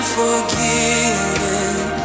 forgiven